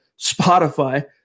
Spotify